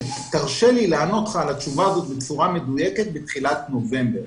שתרשה לי לענות לך על השאלה הזאת בצורה מדויקת בתחילת נובמבר.